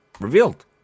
revealed